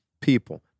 people